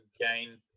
gain